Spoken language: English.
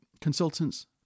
consultants